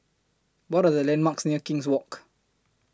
What Are The landmarks near King's Walk